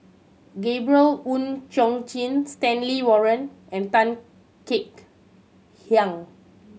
Gabriel Oon Chong Jin Stanley Warren and Tan Kek Hiang